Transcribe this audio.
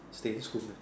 stay in school man